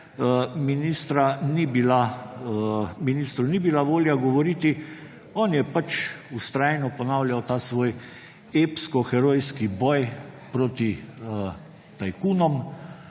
ministru ni bila volja govoriti. On je pač vztrajno ponavljal ta svoj epsko herojski boj proti tajkunom,